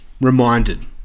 reminded